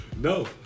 No